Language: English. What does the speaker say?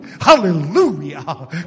Hallelujah